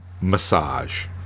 massage